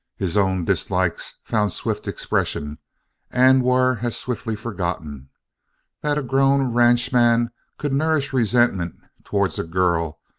his own dislikes found swift expression and were as swiftly forgotten that a grown ranchman could nourish resentment towards a girl,